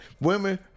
Women